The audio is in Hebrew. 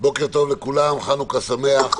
בוקר טוב לכולם, חנוכה שמח.